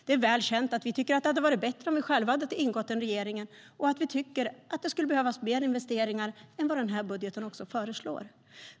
Det är väl känt att vi tycker att det hade varit bättre om vi själva hade ingått i regeringen och att vi tycker att det skulle behövas mer investeringar än den här budgeten föreslår.